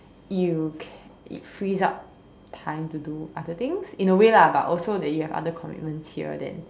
you can freeze up time to do other things in a way lah but also that you have other commitments here than